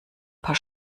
paar